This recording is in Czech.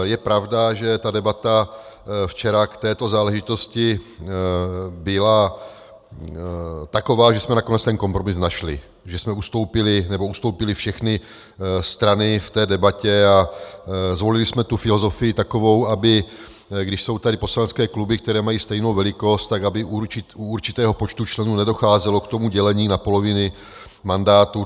Je pravda, že debata včera k této záležitosti byla taková, že jsme nakonec kompromis našli, že jsme ustoupili, nebo ustoupily všechny strany v té debatě, a zvolili jsme filozofii takovou, když jsou tady poslanecké kluby, které mají stejnou velikost, tak aby u určitého počtu členů nedocházelo k dělení na poloviny mandátu.